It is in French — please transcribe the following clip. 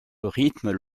rythment